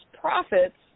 profits